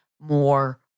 more